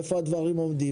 איפה הדברים עומדים?